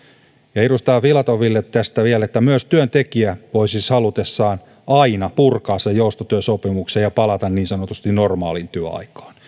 ja edustaja filatoville tästä vielä että myös työntekijä voi siis halutessaan aina purkaa sen joustotyösopimuksen ja palata niin sanotusti normaaliin työaikaan